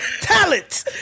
talent